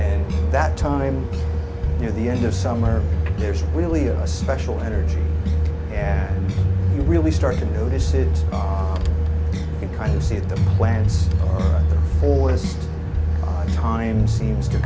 and that time near the end of summer there's really a special energy and you really start to notice it in kind of see the plans or the time seems to